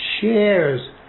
shares